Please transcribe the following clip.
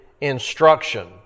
instruction